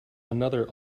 another